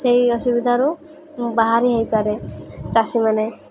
ସେଇ ଅସୁବିଧାରୁ ବାହାରି ହେଇପାରେ ଚାଷୀମାନେ